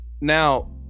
Now